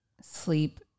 sleep